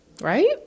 right